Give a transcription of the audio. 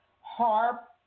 harp